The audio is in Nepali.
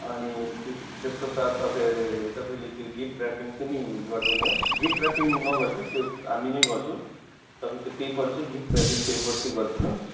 अनि त्य त्यसको साथ तपाईँहरूले तपाईँले त्यो गिफ्ट र्यापिङ पनि गरिदिनु होस् गिफ्ट र्यापिङ नगरिदिनु होस् त्यो हामी नै गर्छौँ तपाईँ चाहिँ त्यो पेपर चाहिँ गिफ्ट र्यापिङ पेपर चाहिँ गरिदिनु होस्